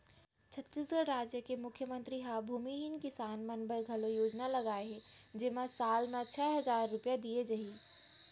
छत्तीसगढ़ राज के मुख्यमंतरी ह भूमिहीन किसान मन बर घलौ योजना लाए हे जेमा साल म छै हजार रूपिया दिये जाही